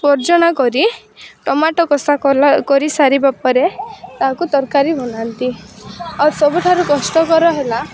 ପର୍ଝଣା କରି ଟମାଟୋ କଷା କଲା କରି ସାରିବା ପରେ ତାହାକୁ ତରକାରୀ ବନାନ୍ତି ଆଉ ସବୁଠାରୁ କଷ୍ଟକର ହେଲା